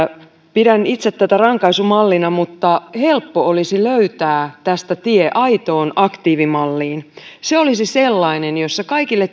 pidän tätä itse rankaisumallina mutta helppo olisi löytää tästä tie aitoon aktiivimalliin se olisi sellainen jossa kaikille